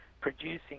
producing